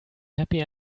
happy